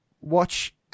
Watch